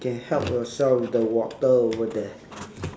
can help yourself with the water over there